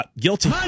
guilty